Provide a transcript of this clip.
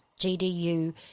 GDU